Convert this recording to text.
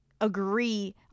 agree